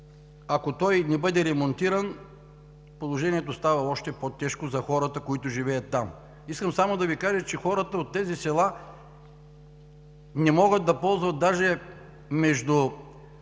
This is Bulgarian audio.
ако той не бъде ремонтиран, положението става още по-тежко за хората, които живеят там. Искам само да Ви кажа, че хората от тези села не могат да ползват даже междуселски